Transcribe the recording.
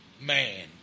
Man